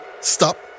stop